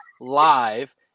live